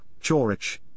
Chorich